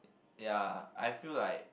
ya I feel like